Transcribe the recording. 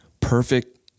Perfect